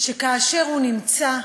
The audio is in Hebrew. שכאשר הוא נמצא,